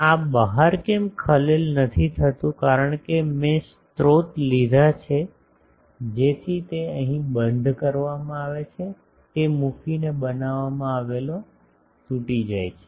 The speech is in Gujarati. પણ આ બહાર કેમ ખલેલ નથી થતું કારણ કે મેં સ્રોત લીધાં છે જેથી તે અહીં બંધ કરવામાં આવે છે તે મૂકીને બનાવવામાં આવેલો તૂટી જાય છે